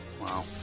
Wow